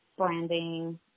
Branding